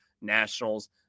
Nationals